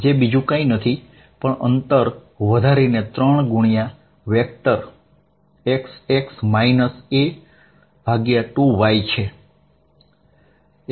તેથી સમીકરણ 14π0Q q x2a24 x2a2412 બનશે